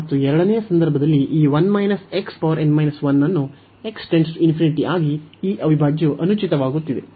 ಮತ್ತು ಎರಡನೆಯ ಸಂದರ್ಭದಲ್ಲಿ ಈ ಅನ್ನು x → 1 ಆಗಿ ಈ ಅವಿಭಾಜ್ಯವು ಅನುಚಿತವಾಗುತ್ತಿದೆ